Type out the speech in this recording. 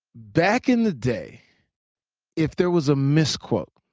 back in the day if there was a misquote,